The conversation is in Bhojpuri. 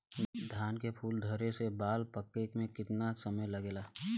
धान के फूल धरे से बाल पाके में कितना समय लागेला?